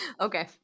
Okay